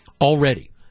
already